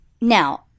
Now